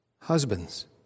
Husbands